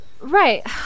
Right